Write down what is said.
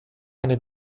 eine